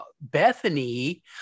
Bethany